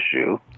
issue